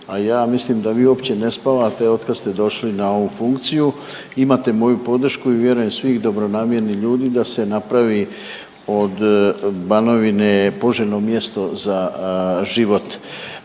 a ja mislim da vi uopće ne spavate od kad ste došli na ovu funkciju. Imate moju podršku i vjerujem svih dobronamjernih ljudi da se napravi od Banovine poželjno mjesto za život.